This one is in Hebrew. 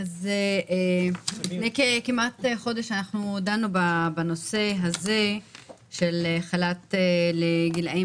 לפני כמעט חודש אנחנו דנו בנושא הזה של חל"ת לגילאים